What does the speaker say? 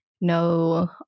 no